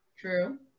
True